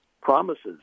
promises